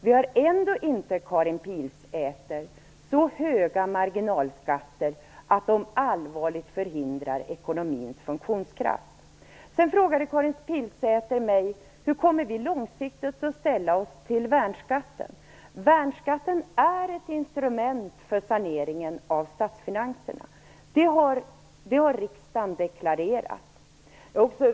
Vi har ändå inte, Karin Pilsäter, så höga marginalskatter att de allvarligt minskar ekonomins funktionskraft. Karin Pilsäter frågade mig hur vi långsiktigt kommer att ställa oss till värnskatten. Värnskatten är ett instrument i saneringen av statsfinanserna har riksdagen deklarerat.